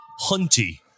hunty